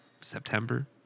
September